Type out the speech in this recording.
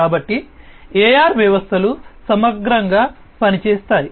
కాబట్టి AR వ్యవస్థలు సమగ్రంగా పనిచేస్తాయి